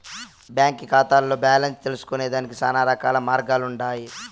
బాంకీ కాతాల్ల బాలెన్స్ తెల్సుకొనేదానికి శానారకాల మార్గాలుండన్నాయి